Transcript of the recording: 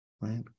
right